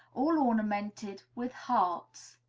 all ornamented with hearts.